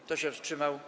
Kto się wstrzymał?